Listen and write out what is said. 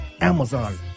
Amazon